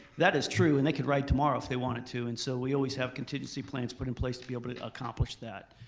that is true and they could ride tomorrow if they wanted to and so we always have contingency plans put in place to be able to accomplish that.